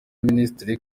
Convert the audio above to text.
minisitiri